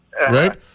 Right